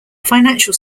financial